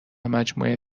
مجموع